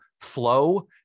Flow